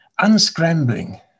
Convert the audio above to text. unscrambling